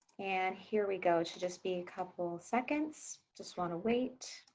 and here we go to just be a couple seconds. just want to wait.